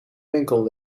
winkel